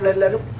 little